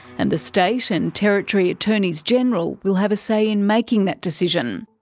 and the state and territory attorneys-general will have a say in making that decision.